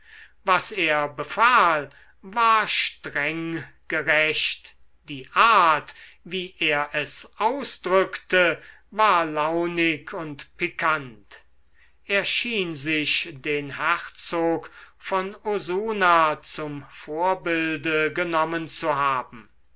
was er befahl war streng gerecht die art wie er es ausdrückte war launig und pikant er schien sich den herzog von osuna zum vorbilde genommen zu haben